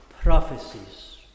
prophecies